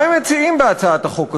מה הם מציעים בהצעת החוק הזאת?